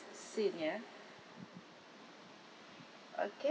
scene ya okay